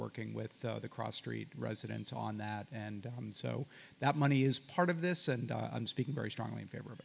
working with the cross street residents on that and so that money is part of this and i'm speaking very strongly in favor of